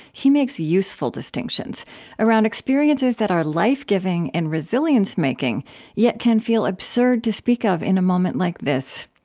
he makes useful distinctions around experiences that are life-giving and resilience-making yet can feel absurd to speak of in a moment like this.